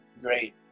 great